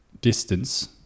distance